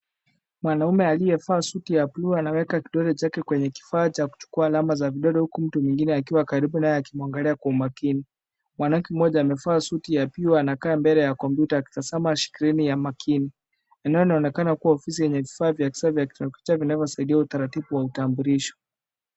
Mwanaume aliyevaa suti ya buluu anaweka kidole chake kwenye kifaa cha kuchukua alama za vidole huku mtu mwingine akiwa karibu naye akimuangalia kwa umakini. Mwanamke moja amevaa suti ya buluu anakaa mbele ya kompyuta akitazama skrini ya makini. Eneo inaonekana kuwa ofisi yenye vifaa vya kisasa ya kiteknolojia vinavyosaidia utaratibu wa utambulisho.